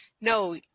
no